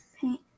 paint